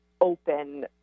open